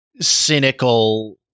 Cynical